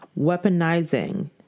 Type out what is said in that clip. weaponizing